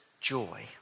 joy